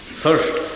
first